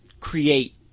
create